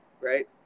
right